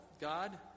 God